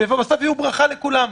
ובסוף הם יהיו ברכה לכולם,